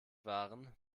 waren